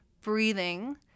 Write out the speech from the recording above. breathing